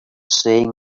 saying